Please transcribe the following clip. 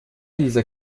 dieser